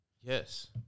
Yes